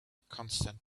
consonant